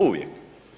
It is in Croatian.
Uvijek.